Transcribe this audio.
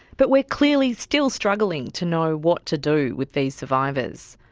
but we're clearly still struggling to know what to do with these survivors.